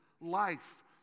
life